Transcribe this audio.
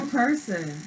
person